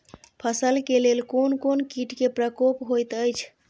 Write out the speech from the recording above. फसल के लेल कोन कोन किट के प्रकोप होयत अछि?